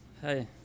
Hey